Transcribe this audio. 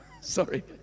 Sorry